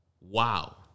Wow